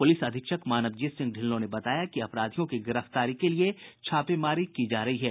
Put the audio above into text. police अधीक्षक मानवजीत सिंह ढिल्लो ने बताया कि अपराधियों की गिरफ्तारी के लिए छापेमारी की जा रही है